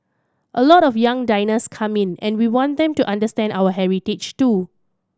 a lot of young diners come in and we want them to understand our heritage too